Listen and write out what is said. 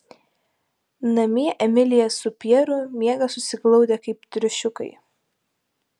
namie emilija su pjeru miega susiglaudę kaip triušiukai